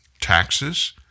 Taxes